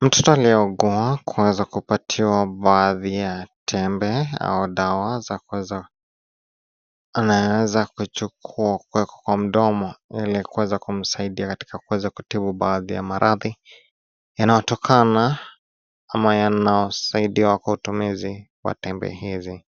Mtoto aliyeugua kuweza kupatiwa baadhi ya tembe au dawa anayeweza kuchukwa kuwekwa kwa mdomo ili kuweza kumsaidia katika kuweza kutibu baadhi ya maradhi yanayotokana ama yanayosaidiwa kwa utumizi wa tembe hizi.